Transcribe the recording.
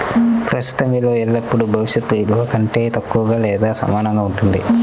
ప్రస్తుత విలువ ఎల్లప్పుడూ భవిష్యత్ విలువ కంటే తక్కువగా లేదా సమానంగా ఉంటుంది